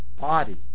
body